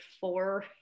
four